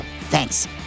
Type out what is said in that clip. Thanks